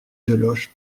deloche